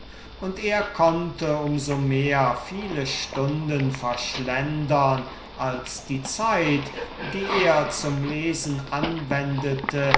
und er konnte um so mehr viele stunden verschlendern als die zeit die er zum lesen anwendete